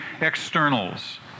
externals